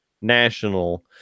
national